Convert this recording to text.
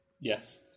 Yes